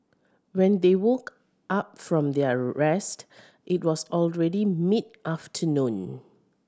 when they woke up from their rest it was already mid afternoon